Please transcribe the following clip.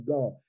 God